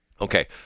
Okay